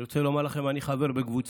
אני רוצה לומר לכם, אני חבר בקבוצה